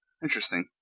Interesting